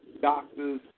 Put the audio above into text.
doctors